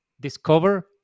discover